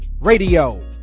radio